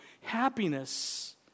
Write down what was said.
happiness